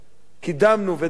קידמנו ודחפנו,